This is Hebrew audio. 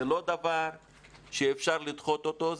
זה לא דבר שאפשר לדחות אותו,